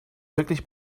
wirklich